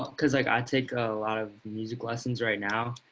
because like, i take a lot of music lessons right now,